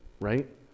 right